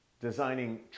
Designing